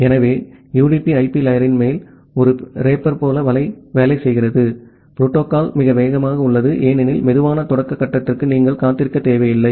எனவே UDP IP லேயரின் மேல் ஒரு ரேப்பர் போல வேலை செய்கிறது புரோட்டோகால் மிக வேகமாக உள்ளது ஏனெனில் மெதுவான தொடக்க கட்டத்திற்கு நீங்கள் காத்திருக்க தேவையில்லை